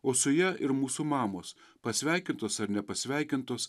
o su ja ir mūsų mamos pasveikintos ar nepasveikintos